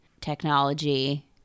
technology